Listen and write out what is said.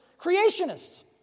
creationists